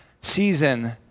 season